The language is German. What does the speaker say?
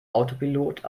autopilot